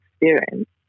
experience